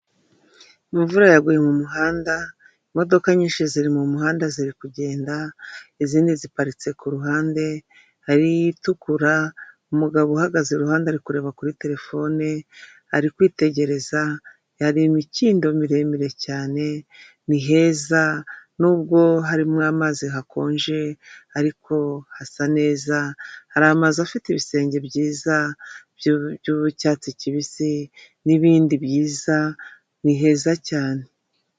Imvura yaguye mu muhanda, imodoka nyinshi ziri mu muhanda ziri kugenda, izindi ziparitse ku ruhande hari itukura, umugabo uhagaze iruhande ari kureba kuri terefone ari kwitegereza, hari imikindo miremire cyane ni heza nubwo harimo amazi hakonje ariko hasa neza, hari amazu afite ibisenge byiza by'icyatsi kibisi n'ibindi byiza ni heza cyane.